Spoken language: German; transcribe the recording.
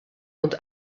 und